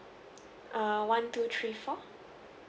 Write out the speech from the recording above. err one two three four